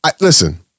listen